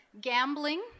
Gambling